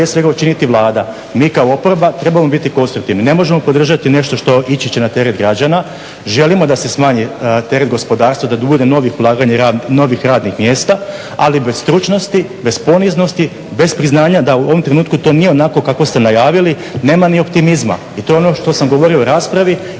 svega učiniti Vlada. Mi kao oporba trebamo biti konstruktivni. Ne možemo podržati nešto što ići će na teret građana. Želimo da se smanji teret gospodarstva, da bude novih ulaganja i novih radnih mjesta ali bez stručnosti, bez poniznosti, bez priznanja da u ovom trenutku to nije onako kako ste najavili nema ni optimizma. I to je ono što sam govorio u raspravi